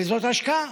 וזאת השקעה.